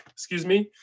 excuse me,